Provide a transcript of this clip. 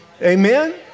Amen